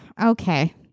Okay